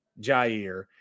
Jair